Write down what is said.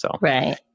Right